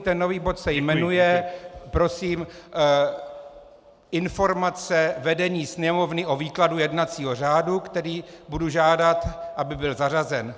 Ten nový bod se jmenuje Informace vedení Sněmovny o výkladu jednacího řádu, který budu žádat, aby byl zařazen.